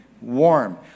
Warm